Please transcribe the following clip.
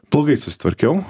blogai susitvarkiau